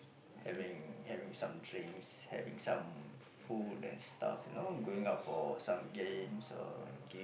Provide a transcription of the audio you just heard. having having some drinks having some food and stuff you know going out for some games or